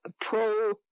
pro